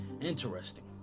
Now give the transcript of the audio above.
Interesting